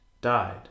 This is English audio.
died